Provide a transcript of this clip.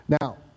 Now